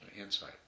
insight